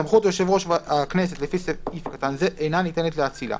סמכות יושב ראש הכנסת לפי סעיף קטן זה אינה ניתנת לאצילה.